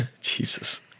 Jesus